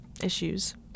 issues